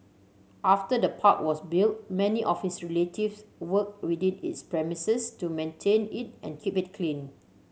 after the park was built many of his relatives worked within its premises to maintain it and keep it clean